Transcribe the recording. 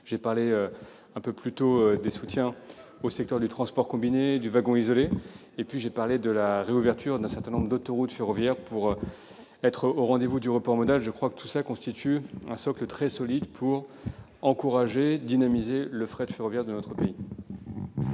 J'ai parlé un peu plus tôt des soutiens au secteur du transport combiné, du wagon isolé et de la réouverture d'un certain nombre d'autoroutes ferroviaires pour être au rendez-vous du report modal. Ce sont autant d'éléments qui forment un socle très solide pour dynamiser le fret ferroviaire dans notre pays.